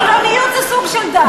חילוניות זה סוג של דת.